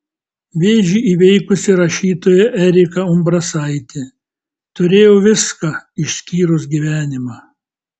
vėžį įveikusi rašytoja erika umbrasaitė turėjau viską išskyrus gyvenimą